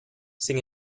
sin